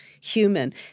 human